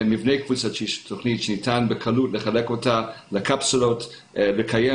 על מבנה קבוצתי שניתן בקלות לחלק אותה לקפסולות ולקיים